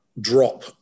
drop